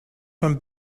von